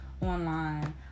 online